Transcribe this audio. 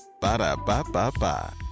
Ba-da-ba-ba-ba